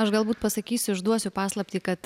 aš galbūt pasakysiu išduosiu paslaptį kad